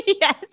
Yes